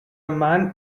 man